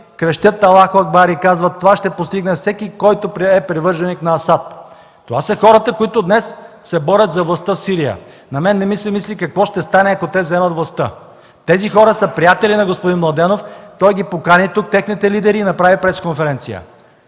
крещят: „Аллах Акбар!” и казват: „Това ще постигне всеки, който е привърженик на Асад”. Това са хората, които днес се борят за властта в Сирия. На мен не ми се мисли какво ще стане, ако те вземат властта. Тези хора са приятели на господин Младенов. Той покани тук техните лидери и направи пресконференция,